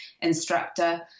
instructor